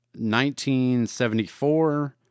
1974